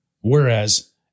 whereas